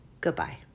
Goodbye